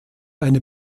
eine